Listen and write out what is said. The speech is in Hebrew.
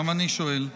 גם אני שואל.